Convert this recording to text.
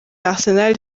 arsenal